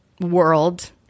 world